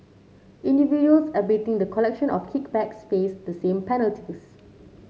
individuals abetting the collection of kickbacks face the same